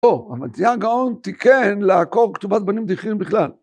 המדיעה הגאון תיקן לעקור כתובת בנים דרכים בכלל.